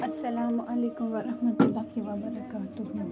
اَلسلامُ علیکُم وَرحمتہ اللہ وَ برکاتُہہ